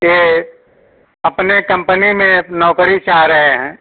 ये अपने कंपनी में नौकरी चाह रहे हैं